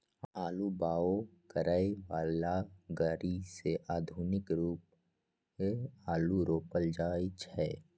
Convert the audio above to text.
आलू बाओ करय बला ग़रि से आधुनिक रुपे आलू रोपल जाइ छै